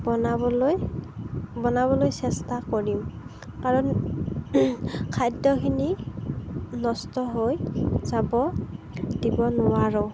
বনাবলৈ বনাবলৈ চেষ্টা কৰিম আৰু খাদ্যখিনি নষ্ট হৈ যাব দিব নোৱাৰোঁ